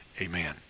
Amen